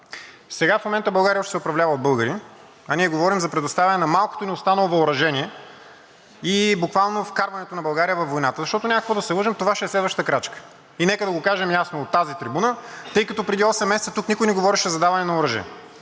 Сега в момента България уж се управлява от българи, а ние говорим за предоставяне на малкото ни останало въоръжение и буквално вкарването на България във войната, защото няма какво да се лъжем, това ще е следващата крачка. И нека да го кажем ясно от тази трибуна, тъй като преди осем месеца тук никой не говореше за даване на оръжие.